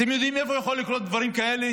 אתם יודעים איפה יכולים לקרות דברים כאלה?